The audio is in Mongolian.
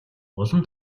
улам